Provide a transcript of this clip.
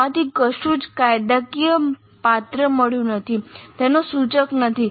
આમાંથી કશું જ કાયદાકીય પાત્ર મળ્યું નથી તેઓ સૂચક નથી